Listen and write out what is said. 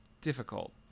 difficult